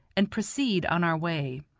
and proceed on our way.